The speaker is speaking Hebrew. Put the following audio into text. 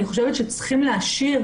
אני חושבת שצריכים להשאיר